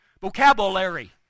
Vocabulary